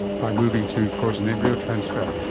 by moving to frozen embryo transfer.